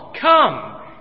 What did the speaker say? come